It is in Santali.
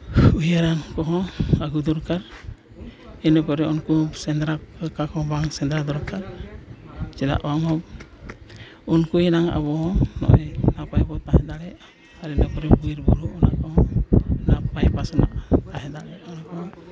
ᱩᱭᱦᱟᱹᱨ ᱠᱚ ᱦᱚᱸ ᱟᱹᱜᱩ ᱫᱚᱨᱠᱟᱨ ᱤᱱᱟᱹ ᱯᱚᱨᱮ ᱩᱱᱠᱩ ᱥᱮᱸᱫᱽᱨᱟ ᱠᱚ ᱚᱠᱟ ᱵᱟᱝ ᱥᱮᱸᱫᱽᱨᱟ ᱫᱚᱨᱠᱟᱨ ᱪᱮᱫᱟᱜ ᱵᱟᱝᱢᱟ ᱩᱱᱠᱩ ᱮᱱᱟᱝ ᱟᱵᱚ ᱦᱚᱸ ᱱᱚᱜᱼᱚᱸᱭ ᱱᱟᱯᱟᱭ ᱵᱚᱱ ᱛᱟᱦᱮᱸ ᱫᱟᱲᱮᱭᱟᱜᱼᱟ ᱟᱨ ᱤᱱᱟᱹ ᱯᱚᱨᱮ ᱵᱤᱨ ᱵᱩᱨᱩ ᱚᱱᱟ ᱠᱚ ᱦᱚᱸ ᱱᱟᱯᱟᱭ ᱯᱟᱥᱱᱟᱜᱼᱟ ᱛᱟᱦᱮᱸ ᱫᱟᱲᱮᱭᱟᱜᱼᱟ ᱠᱚᱦᱚᱸ